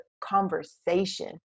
conversation